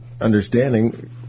understanding